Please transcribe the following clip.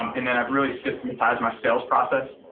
um and then i've really systematized my sales process,